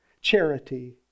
charity